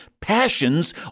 passions